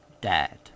Dad